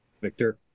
Victor